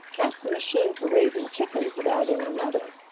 that's a machine for raising chickens without any mother.